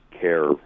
care